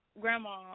grandma